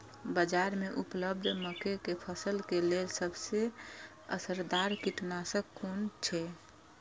बाज़ार में उपलब्ध मके के फसल के लेल सबसे असरदार कीटनाशक कुन छै?